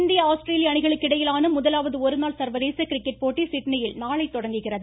cricket இந்திய ஆஸ்திரேலிய அணிகளுக்கிடையிலான முதலாவது ஒருநாள் சர்வதேச கிரிக்கெட் போட்டி சிட்னியில் நாளை தொடங்குகிறது